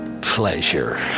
pleasure